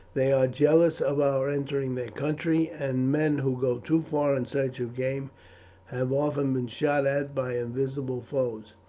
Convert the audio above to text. they are jealous of our entering their country, and men who go too far in search of game have often been shot at by invisible foes.